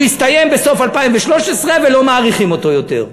הוא הסתיים בסוף 2013 ולא מאריכים אותו יותר.